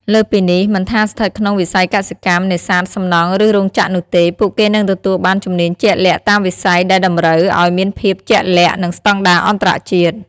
លើសពីនេះ មិនថាស្ថិតក្នុងវិស័យកសិកម្ម នេសាទ សំណង់ ឬរោងចក្រនោះទេ ពួកគេនឹងទទួលបានជំនាញជាក់លាក់តាមវិស័យដែលតម្រូវឱ្យមានភាពជាក់លាក់ និងស្តង់ដារអន្តរជាតិ។